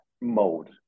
mode